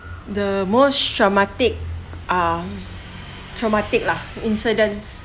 the most dramatic ah traumatic lah incidents